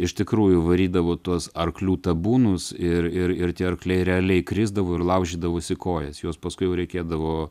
iš tikrųjų varydavo tuos arklių tabūnus ir ir ir tie arkliai realiai krisdavo ir laužydavosi kojas jos paskui jau reikėdavo